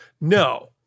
No